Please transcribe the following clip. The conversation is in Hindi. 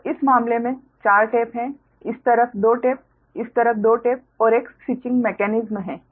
तो इस मामले में चार टेप हैं इस तरफ 2 टेप इस तरफ 2 टेप और एक स्विचिंग मेकेनिस्म है